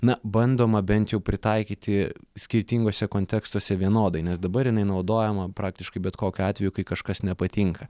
na bandoma bent jau pritaikyti skirtinguose kontekstuose vienodai nes dabar jinai naudojama praktiškai bet kokiu atveju kai kažkas nepatinka